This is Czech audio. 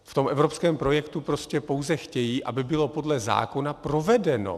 V tom evropském projektu prostě pouze chtějí, aby bylo podle zákona provedeno.